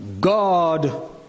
God